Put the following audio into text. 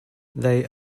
they